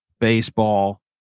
baseball